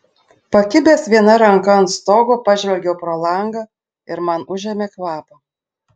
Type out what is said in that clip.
pakibęs viena ranka ant stogo pažvelgiau pro langą ir man užėmė kvapą